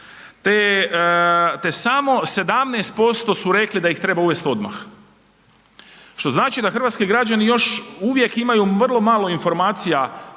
te samo 17% su rekli da ih treba uvesti odmah. Što znači da hrvatski građani još uvijek imaju vrlo malo informacija